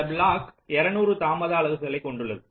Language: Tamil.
இந்தத் பிளாக் 200 தாமத அலகுகலை கொண்டுள்ளது